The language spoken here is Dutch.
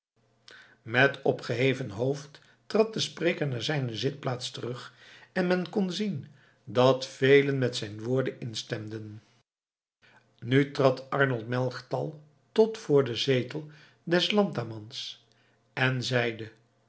met opgeheven hoofd trad de spreker naar zijne zitplaats terug en men kon zien dat velen met zijne woorden instemden nu trad arnold melchtal tot voor den zetel des landammans en zeide